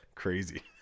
crazy